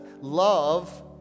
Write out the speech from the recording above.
love